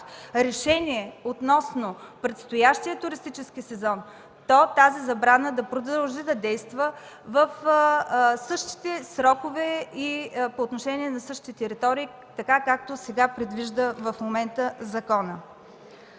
решение относно предстоящия туристически сезон, то тази забрана да продължи да действа в същите срокове и по отношение на същите територии, както в момента предвижда законът.